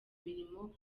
mirimo